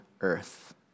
earth